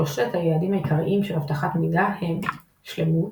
שלושת היעדים העיקריים של אבטחת מידע הם שלמות